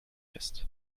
ist